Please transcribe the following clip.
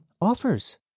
offers